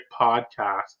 podcast